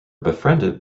befriended